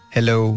Hello